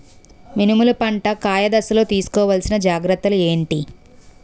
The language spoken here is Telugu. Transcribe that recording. మినుములు పంట కాయ దశలో తిస్కోవాలసిన జాగ్రత్తలు ఏంటి?